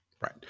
Right